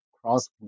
Cross